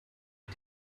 mir